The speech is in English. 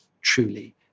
truly